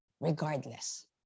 regardless